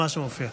מה שמופיע.